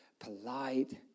polite